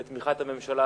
בתמיכת הממשלה,